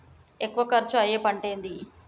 ఎక్కువ ఖర్చు అయ్యే పంటేది?